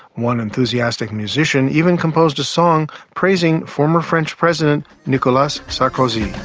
one enthusiastic musician even composed a song praising former french president, nicolas sarkozy.